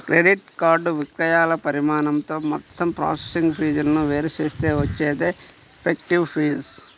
credit card విక్రయాల పరిమాణంతో మొత్తం ప్రాసెసింగ్ ఫీజులను వేరు చేస్తే వచ్చేదే ఎఫెక్టివ్ ఫీజు